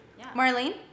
Marlene